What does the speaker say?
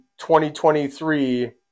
2023